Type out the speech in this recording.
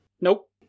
Nope